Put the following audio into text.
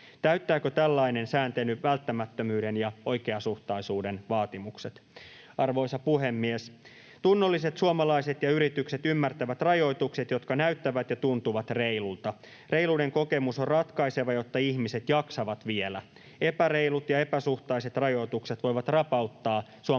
Täyttääkö tällainen sääntely välttämättömyyden ja oikeasuhtaisuuden vaatimukset? Arvoisa puhemies! Tunnolliset suomalaiset ja yritykset ymmärtävät rajoitukset, jotka näyttävät ja tuntuvat reiluilta. Reiluuden kokemus on ratkaiseva, jotta ihmiset jaksavat vielä. Epäreilut ja epäsuhtaiset rajoitukset voivat rapauttaa suomalaisten